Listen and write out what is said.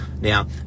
Now